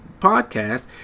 podcast